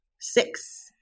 Six